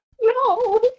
No